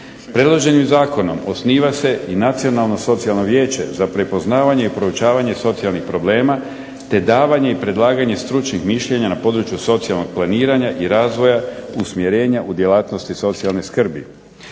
Predloženim zakonom osniva se i Nacionalno socijalno vijeće za prepoznavanje i proučavanje socijalnih problema, te davanje i predlaganje stručnih mišljenja na području socijalnog planiranja i razvoja usmjerenja u djelatnosti socijalne skrbi.